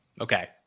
Okay